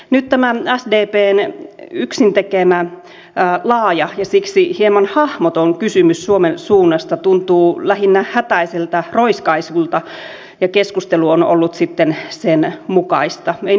nyt tämä sdpn yksin tekemä laaja ja siksi hieman hahmoton kysymys suomen suunnasta tuntuu lähinnä hätäiseltä roiskaisulta ja keskustelu on ollut sitten sen mukaista ei niinkään rakentavaa